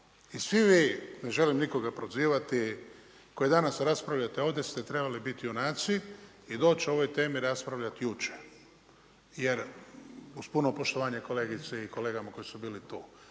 I svi vi, ne želim nikoga prozivati, koji danas raspravljate ovdje, ste trebali biti junaci i doć o ovoj temi raspravljati jučer. Jer uz puno poštovanje kolegice i kolege koje su bili tu.